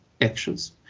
actions